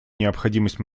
необходимость